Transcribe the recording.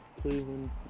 Cleveland